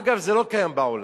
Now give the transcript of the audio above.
אגב, זה לא קיים בעולם.